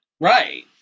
Right